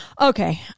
Okay